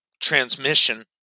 transmission